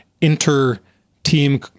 inter-team